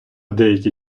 деякі